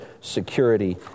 security